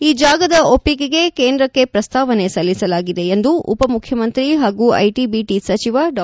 ಈ ಜಾಗದ ಒಪ್ಪಿಗೆಗೆ ಕೇಂದ್ರಕ್ಕೆ ಪ್ರಸ್ತಾವನೆ ಸಲ್ಲಿಸಲಾಗಿದೆ ಎಂದು ಉಪಮುಖ್ಯಮಂತ್ರಿ ಹಾಗೂ ಐಟಿ ಬಿಟಿ ಸಚಿವ ಡಾ